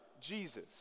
Jesus